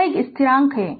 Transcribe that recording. यह एक स्थिरांक है